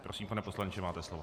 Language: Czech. Prosím, pane poslanče, máte slovo.